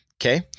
Okay